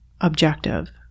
objective